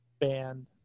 band